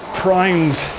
primed